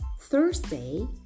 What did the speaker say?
Thursday